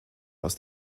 aus